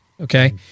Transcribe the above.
okay